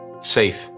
safe